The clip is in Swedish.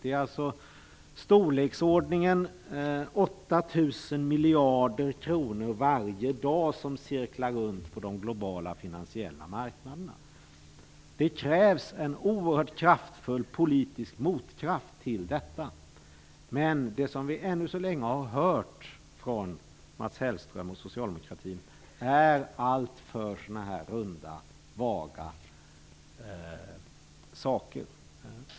Det är alltså i storleksordningen 8 000 miljarder kronor varje dag som cirklar runt på de globala finansiella marknaderna. Det krävs en oerhört kraftfull politisk motkraft till detta. Men det som vi ännu så länge har hört från Mats Hellström och socialdemokratin är alltför många runda löften och vaga uttalanden.